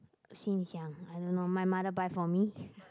since young I don't know my mother buy for me